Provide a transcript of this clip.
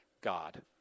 God